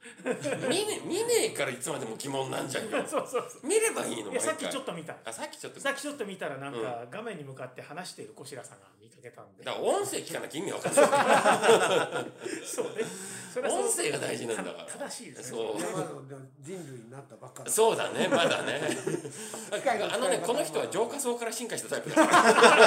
見ね- 見ねえからいつまでも疑問なんじゃんよ。 そうそうそう。 見ればいいの？いや、毎回。さっきちょっと見た。あ、さっきちょっと見た。さっきちょっと見たらなんか、うん。画面に向かって話している小白さんが見かけたんで。だから音声聞かなきゃ意味わかんない。 そうね。それはそう。音声が大事なんだから。正しいですね。そう。いや、まだ、でも人類になったばっかり。 そうだね。まだね。 近い、近い。あのね、この人は浄化層から進化したタイプだから。